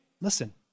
listen